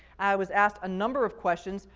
i was asked a number of questions,